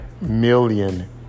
million